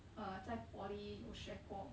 uh 在 poly 有学过